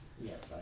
Yes